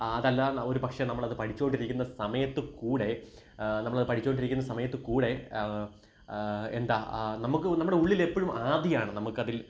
അതല്ലാതെ ഒരുപക്ഷേ നമ്മളത് പഠിച്ചുകൊണ്ടിരിക്കുന്ന സമയത്ത് കൂടെ നമ്മളത് പഠിച്ചുകൊണ്ടിരിക്കുന്ന സമയത്ത് കൂടെ എന്താ നമുക്ക് നമ്മുടെ ഉള്ളിൽ എപ്പോഴും ആധിയാണ് നമുക്കതിൽ